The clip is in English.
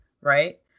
right